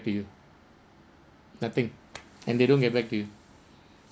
to you nothing and they don't get back to you